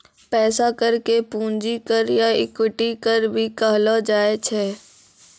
पैसा कर के पूंजी कर या इक्विटी कर भी कहलो जाय छै